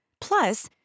Plus